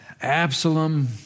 Absalom